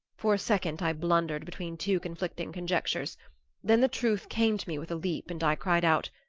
for a second i blundered between two conflicting conjectures then the truth came to me with a leap, and i cried out,